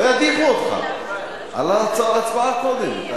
לא ידיחו אותך על ההצבעה קודם.